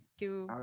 you.